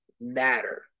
matter